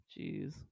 Jeez